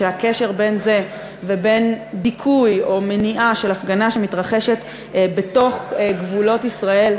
כשהקשר בין זה ובין דיכוי או מניעה של הפגנה שמתרחשת בתוך גבולות ישראל,